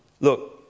Look